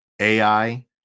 AI